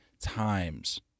times